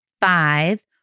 Five